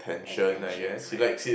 attention right